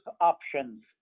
options